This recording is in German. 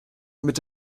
mit